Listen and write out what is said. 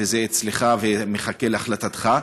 וזה אצלך ומחכה להחלטתך.